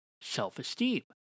self-esteem